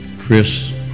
chris